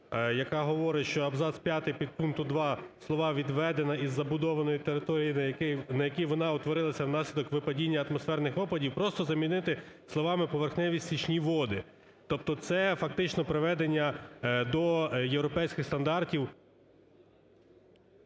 яка говорить, що абзац п'ятий підпункту 2 слова "відведена із забудованої території, на якій вона утворилася внаслідок випадіння атмосферних опадів" просто замінити словами "поверхневі стічні води". Тобто це фактично приведення до європейських стандартів…